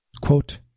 Quote